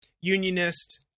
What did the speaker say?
unionist